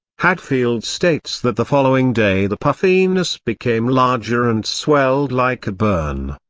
hadfield states that the following day the puffiness became larger and swelled like a burn.